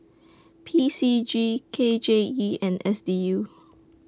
P C G K J E and S D U